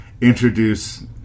introduce